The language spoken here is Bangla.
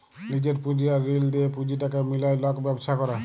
লিজের পুঁজি আর ঋল লিঁয়ে পুঁজিটাকে মিলায় লক ব্যবছা ক্যরে